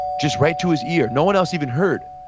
just right to his ear, no one else even heard.